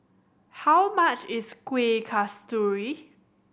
how much is Kuih Kasturi